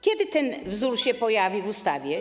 Kiedy ten wzór się pojawi w ustawie?